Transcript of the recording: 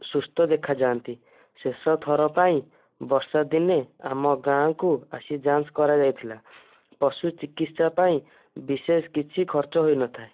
ସୁସ୍ଥ ଦେଖାଯାଆନ୍ତି ଶେଷଥର ପାଇଁ ବର୍ଷା ଦିନେ ଆମ ଗାଁକୁ ଆସି ଯାଞ୍ଚ କରାଯାଇଥିଲା ପଶୁ ଚିକିତ୍ସା ପାଇଁ ବିଶେଷ କିଛି ଖର୍ଚ୍ଚ ହୋଇନଥାଏ